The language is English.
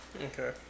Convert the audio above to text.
Okay